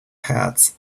heads